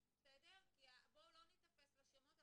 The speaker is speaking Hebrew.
בואו לא ניתפס לשמות,